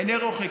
בעיני רוחי,